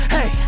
Hey